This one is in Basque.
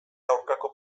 aurkako